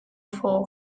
fall